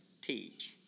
teach